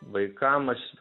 vaikam aš